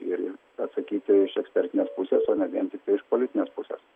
ir ir atsakyti iš ekspertinės pusės o ne vien tiktai iš politinės pusės